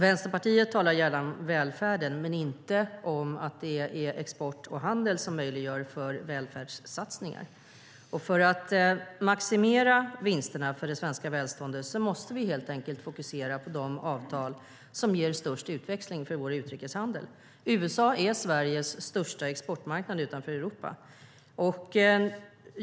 Vänsterpartiet talar gärna om välfärden men inte om att det är export och handel som möjliggör välfärdssatsningar. För att maximera vinsterna för det svenska välståndet måste vi helt enkelt fokusera på de avtal som ger störst utväxling för vår utrikeshandel. USA är Sveriges största exportmarknad utanför Europa.